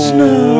Snow